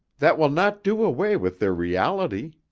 that will not do away with their reality.